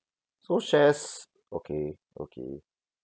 so shares okay okay